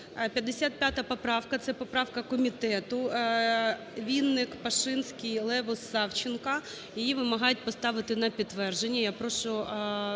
55 поправка це поправка комітету: Вінник, Пашинський, Левус, Савченко. Її вимагають поставити на підтвердження,